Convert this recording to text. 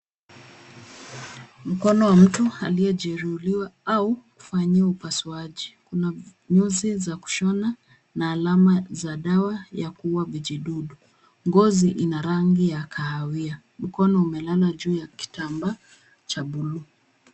Mkono wa mtu aliyejeruhiwa au kufanyiwa upasuaji. Kuna nyuzi za kushona na alama za dawa ya kuua vijidudu. Ngozi ina rangi ya kahawia. Mkono umelala juu ya kitamba cha bluu.